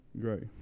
Great